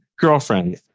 girlfriend